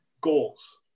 Goals